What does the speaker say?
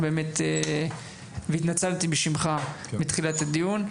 התנצלתי בשמך בתחילת הדיון,